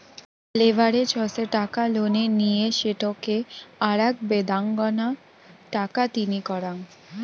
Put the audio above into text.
leverage হসে টাকা লোনে নিয়ে সেটোকে আরাক বেদাঙ্গনা টাকা তিনি করাঙ